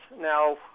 now